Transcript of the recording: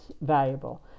valuable